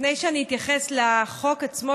לפני שאני אתייחס לחוק עצמו,